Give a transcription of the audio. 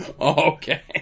Okay